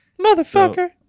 Motherfucker